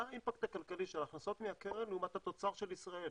מה האימפקט הכלכלי של ההכנסות מהקרן לעומת התוצר של ישראל.